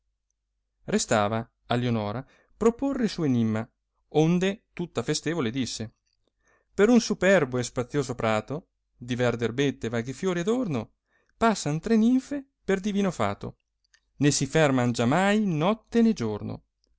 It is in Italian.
restava a lionora proporre il suo enimma onde tutta festevole disse per un superbo e spazioso prato di verde erbette e vaghi fiori adorno passan tre ninfe per divino fato ne si ferman giamai notte né giorno